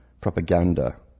propaganda